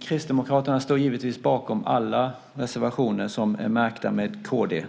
Kristdemokraterna står givetvis bakom alla reservationer som är märkta med kd.